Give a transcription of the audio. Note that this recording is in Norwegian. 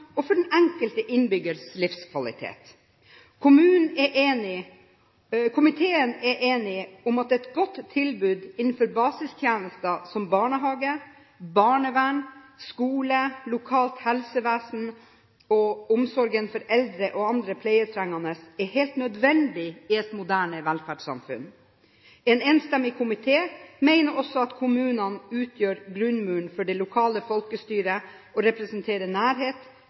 og for den enkelte innbyggers livskvalitet. Komiteen er enig om at et godt tilbud innenfor basistjenester som barnehage, barnevern, skole, lokalt helsevesen og omsorgen for eldre og andre pleietrengende er helt nødvendig i et moderne velferdssamfunn. En enstemmig komité mener også at kommunene utgjør grunnmuren for det lokale folkestyret og representerer nærhet,